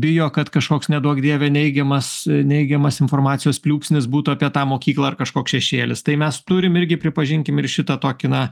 bijo kad kažkoks neduok dieve neigiamas neigiamas informacijos pliūpsnis būtų apie tą mokyklą ar kažkoks šešėlis tai mes turim irgi pripažinkim ir šitą tokį na